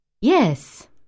Yes